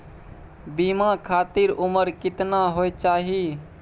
बीमा खातिर उमर केतना होय चाही?